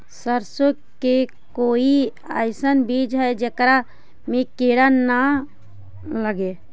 सरसों के कोई एइसन बिज है जेकरा में किड़ा न लगे?